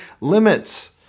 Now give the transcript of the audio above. limits